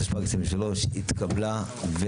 ההסתייגות לא התקבלה.